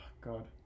God